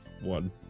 one